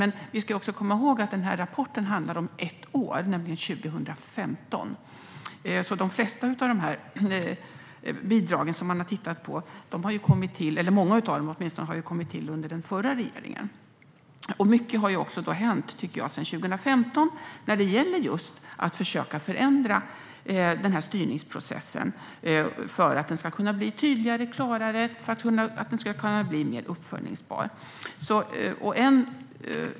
Men vi ska komma ihåg att rapporten handlar om ett år, nämligen 2015. Många av de bidrag som man har tittat på har tillkommit under den förra regeringen, och mycket har också hänt sedan 2015 när det gäller att förändra styrningsprocessen för att den ska bli tydligare och mer uppföljbar.